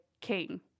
king